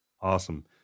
awesome